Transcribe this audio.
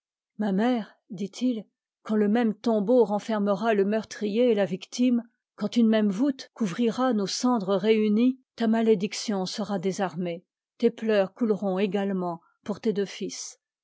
ma mère dit-il quand le même tombeau renfermera le meurtrier et la victime quand une même voûte couvrira nos cendres réunies ta malédiction sera désarmée tes pleurs couleront également pour tes deux fils